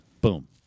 Boom